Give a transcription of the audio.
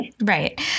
Right